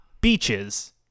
beaches